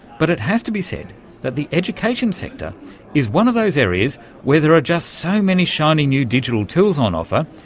but it has to be said that the education sector is one of those areas where there are just so many shiny new digital tools on offer,